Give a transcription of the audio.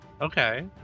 okay